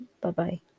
bye-bye